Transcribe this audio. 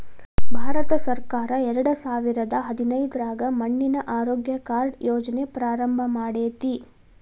ಭಾರತಸರ್ಕಾರ ಎರಡಸಾವಿರದ ಹದಿನೈದ್ರಾಗ ಮಣ್ಣಿನ ಆರೋಗ್ಯ ಕಾರ್ಡ್ ಯೋಜನೆ ಪ್ರಾರಂಭ ಮಾಡೇತಿ